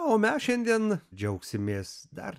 o mes šiandien džiaugsimės dar